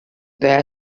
there